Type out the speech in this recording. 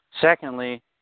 Secondly